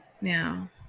now